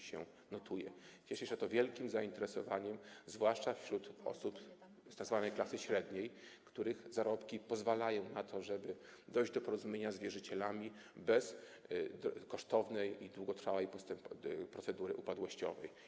Rozwiązanie cieszy się wielkim zainteresowaniem, zwłaszcza wśród osób z tzw. klasy średniej, których zarobki pozwalają na to, żeby dojść do porozumienia z wierzycielami bez kosztownej i długotrwałej procedury upadłościowej.